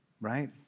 Right